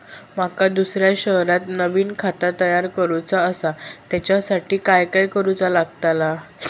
माका दुसऱ्या शहरात नवीन खाता तयार करूचा असा त्याच्यासाठी काय काय करू चा लागात?